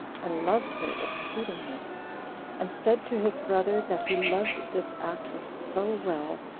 and loved her exceedingly and said to his brother, that he loved this actress so well,